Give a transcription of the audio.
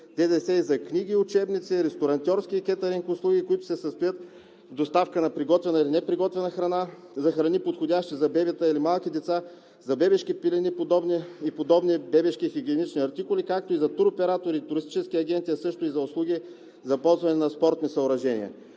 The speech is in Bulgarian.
ДДС и за книги, учебници, ресторантьорски и кетъринг услуги, които се състоят от доставка на приготвена или неприготвена храна, за храни подходящи за бебета или малки деца, за бебешки пелени и подобни бебешки хигиенични артикули, както и за туроператори, туристически агенции, а също и за услуги за ползване на спортни съоръжения,